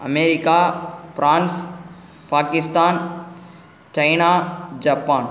America France Pakistan China Japan